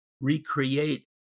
recreate